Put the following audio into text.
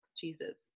Jesus